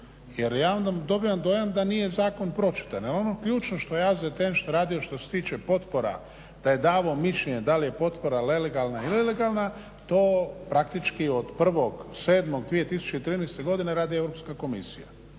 Jer ja onda dobivam dojam da nije zakon pročitan. Jer ono ključno što je AZTN što je radio što se tiče potpora da je davao mišljenje da li je potpora legalna ili ilegalna to praktički od 1.7. 2013. godine radi Europska komisija.